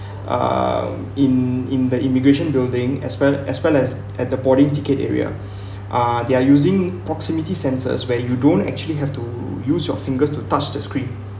uh in in the immigration building as well as well as at the boarding ticket area uh they're using proximity sensors where you don't actually have to use your fingers to touch the screen